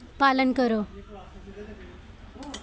पालन करो